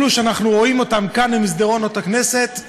אלו שאנחנו רואים אותם כאן במסדרונות הכנסת,